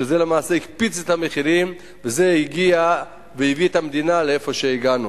שזה למעשה הקפיץ את המחירים וזה הביא את המדינה למקום שאליו הגענו.